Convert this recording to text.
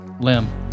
Limb